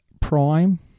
Prime